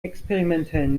experimentellen